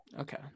Okay